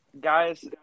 guys